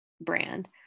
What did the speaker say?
brand